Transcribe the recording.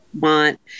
want